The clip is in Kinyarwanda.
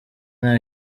nta